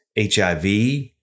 HIV